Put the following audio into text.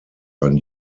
ein